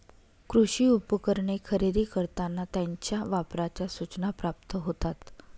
कृषी उपकरणे खरेदी करताना त्यांच्या वापराच्या सूचना प्राप्त होतात